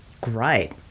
great